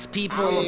people